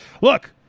look